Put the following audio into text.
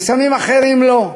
וסמים אחרים לא.